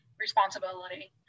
responsibility